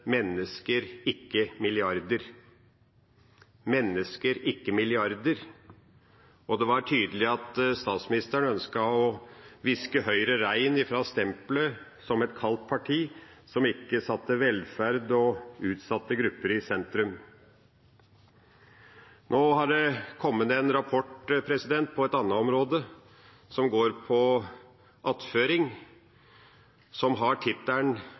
ikke milliarder» – mennesker, ikke milliarder. Det var tydelig at statsministeren ønsket å viske Høyre rent fra stempelet som et kaldt parti, som ikke satte velferd og utsatte grupper i sentrum. Nå har det kommet en rapport på et annet område, attføring, som har tittelen